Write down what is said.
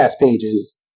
pages